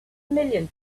million